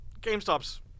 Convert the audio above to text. GameStop's